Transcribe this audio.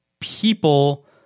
people